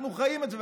אנחנו חיים את זה,